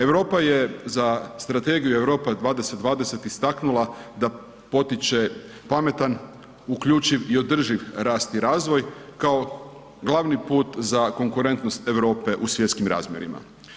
Europa je za Strategiju Europa 2020 istaknula da potiče pametan, uključiv i održiv rast i razvoj kao glavni put za konkurentnost Europe u svjetskim razmjerima.